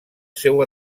seu